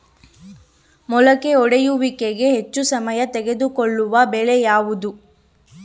ಮೊಳಕೆ ಒಡೆಯುವಿಕೆಗೆ ಹೆಚ್ಚು ಸಮಯ ತೆಗೆದುಕೊಳ್ಳುವ ಬೆಳೆ ಯಾವುದು?